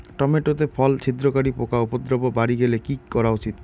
Tomato তে ফল ছিদ্রকারী পোকা উপদ্রব বাড়ি গেলে কি করা উচিৎ?